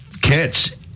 catch